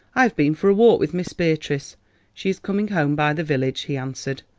i have been for a walk with miss beatrice she is coming home by the village, he answered.